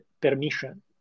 permission